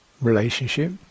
relationship